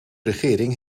regering